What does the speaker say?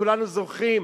כולנו זוכרים,